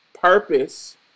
purpose